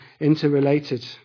interrelated